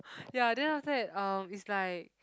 ya then after that uh it's like